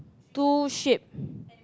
two ship